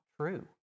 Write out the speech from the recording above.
true